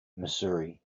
missouri